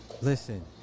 Listen